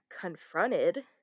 confronted